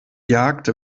jagd